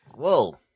Whoa